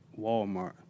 Walmart